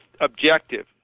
objective